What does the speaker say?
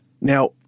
Now